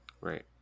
Right